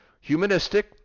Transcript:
humanistic